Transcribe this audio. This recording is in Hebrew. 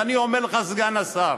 ואני אומר לך, סגן השר,